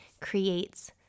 creates